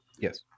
Yes